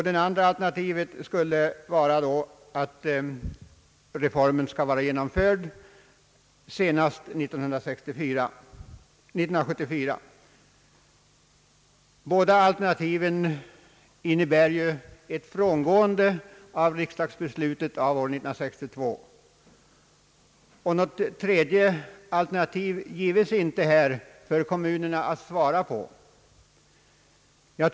Det andra alternativet är att reformen skall vara genomförd senast år 1974. Båda alternativen innebär ju ett frångående av riksdagsbeslutet av år 1962. Något tredje alternativ gives inte här för kommunerna att välja på.